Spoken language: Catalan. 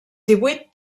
divuit